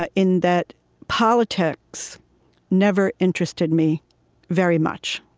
ah in that politics never interested me very much.